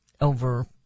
over